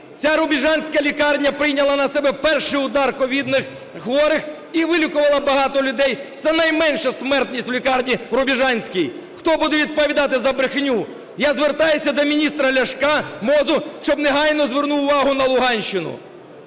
Ця Рубіжанська лікарня прийняла на себе перший удар ковідних хворих і вилікувала багато людей, це найменша смертність в лікарні в рубіжанській. Хто буде відповідати за брехню? Я звертаюся до міністра Ляшка, МОЗу, щоб негайно звернув увагу на Луганщину.